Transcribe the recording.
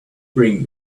bring